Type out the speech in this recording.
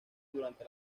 durante